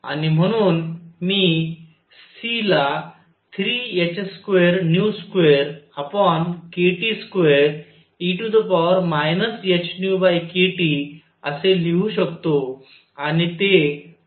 आणि म्हणून मी C ला 3h22kT2e hνkT असे लिहू शकतो आणि ते 0 आहे